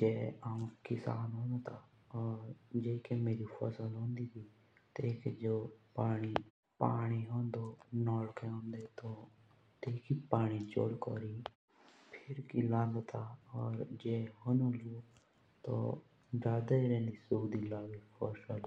जे हौं किशान होंदा जेईके मेरी फसल होंदी थी तेईके जे कोई भी पानी होंदो तो तेईकी पाइप लैन जोड़ कोरी फिरकी लेंदा ता औऱ जे जड़ाई रोंदी सुखदी लागी फसल